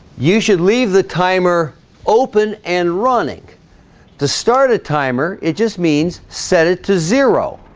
you should leave the timer open and running to start a timer it just means set it to zero